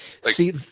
See